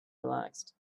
relaxed